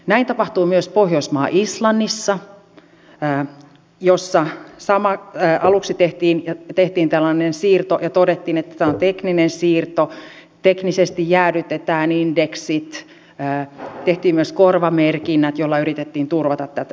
näin tapahtui myös pohjoismaassa islannissa jossa aluksi tehtiin tällainen siirto ja todettiin että tämä on tekninen siirto teknisesti jäädytetään indeksit ja tehtiin myös korvamerkinnät millä yritettiin turvata tämä tilanne